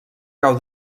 cau